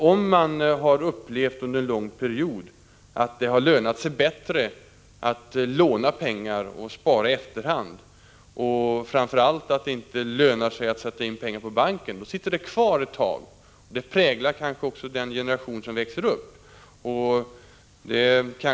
Om människor under en lång period har upplevt att det har lönat sig bättre att låna pengar och spara i efterhand och framför allt att det inte har lönat sig att sätta in pengar på banken, då sitter detta kvar ett tag. Det präglar kanske också den generation som nu växer upp.